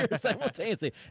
simultaneously